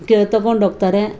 ತಗೊಂಡು ಹೋಗ್ತಾರೆ